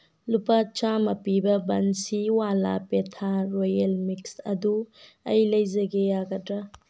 ꯂꯨꯄꯥ ꯆꯥꯝꯃ ꯄꯤꯕ ꯕꯟꯁꯤꯋꯥꯂꯥ ꯄꯦꯊꯥ ꯔꯣꯌꯦꯜ ꯃꯤꯛꯁ ꯑꯗꯨ ꯑꯩ ꯂꯩꯖꯒꯦ ꯌꯥꯒꯗ꯭ꯔꯥ